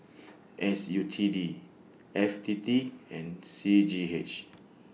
S U T D F T T and C G H